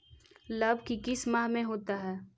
लव की किस माह में होता है?